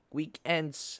weekends